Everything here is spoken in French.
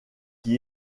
qui